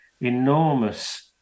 enormous